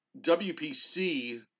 WPC